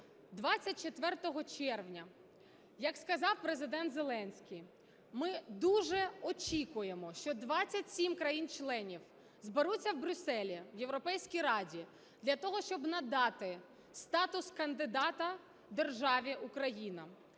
24 червня, як сказав Президент Зеленський, ми дуже очікуємо, що 27 країн-членів зберуться в Брюсселі в європейський Раді для того, щоб надати статус кандидата державі Україна,